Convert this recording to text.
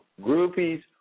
Groupies